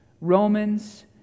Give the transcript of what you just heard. Romans